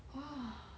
orh